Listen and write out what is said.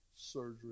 surgery